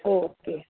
okay